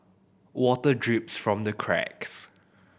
water drips from the cracks